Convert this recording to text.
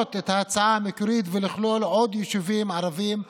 את ההצעה המקורית ולכלול עוד יישובים ערביים באזור.